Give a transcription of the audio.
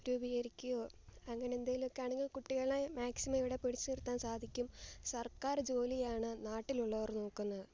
രൂപീകരിക്കയോ അങ്ങനെ എന്തെങ്കിലൊക്കെ ആണെങ്കിൽ കുട്ടികളെ മാക്സിമം ഇവിടെ പിടിച്ചു നിർത്താൻ സാധിക്കും സർക്കാർ ജോലിയാണ് നാട്ടിലുള്ളവർ നോക്കുന്നത്